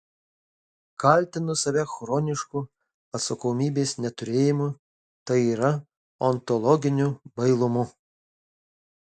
kaltinu save chronišku atsakomybės neturėjimu tai yra ontologiniu bailumu